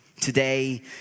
Today